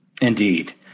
Indeed